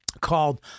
called